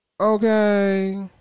Okay